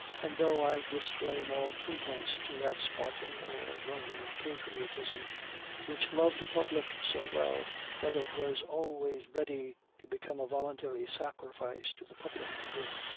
and though i disclaim all pretense to that spartan or roman patriotism which loved the public so well that it was always ready to become a voluntary sacrifice to the public good,